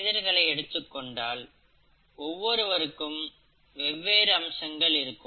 மனிதர்களை எடுத்துக்கொண்டால் ஒவ்வொருவருக்கும் வெவ்வேறு அம்சங்கள் இருக்கும்